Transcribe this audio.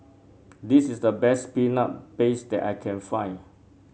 this is the best Peanut Paste that I can find